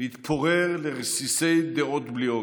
נתפורר לרסיסי דעות בלי עוגן,